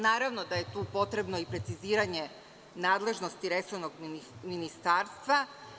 Naravno da je tu potrebno i preciziranje nadležnosti resornog ministarstva.